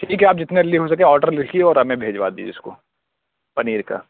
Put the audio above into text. ٹھیک ہے آپ جتنا جلدی ہو سکے آڈر لکھیے اور ہمیں بھیجوا دیجیے اس کو پنیر کا